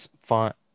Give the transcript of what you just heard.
font